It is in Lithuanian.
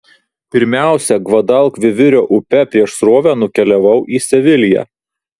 pirmiausia gvadalkviviro upe prieš srovę nukeliavau į seviliją